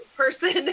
person